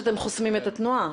שאתם חוסמים את התנועה,